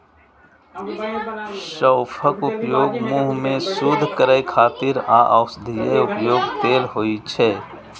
सौंफक उपयोग मुंह कें शुद्ध करै खातिर आ औषधीय उपयोग लेल होइ छै